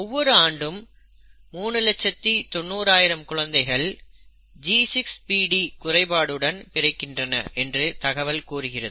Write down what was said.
ஒவ்வொரு ஆண்டும் 390000 குழந்தைகள் G6PD குறைபாடுடன் பிறக்கின்றன என்று தகவல் கூறுகிறது